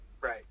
right